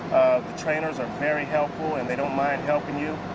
the trainers are very helpful, and they don't mind helping you.